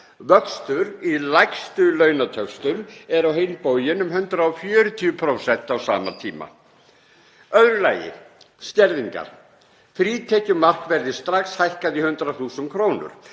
Vöxtur í lægstu launatöxtunum er á hinn bóginn um 140% á sama tíma. Í öðru lagi skerðingar. Frítekjumark verði strax hækkað í 100.000 kr.